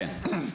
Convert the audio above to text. כן.